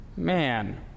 Man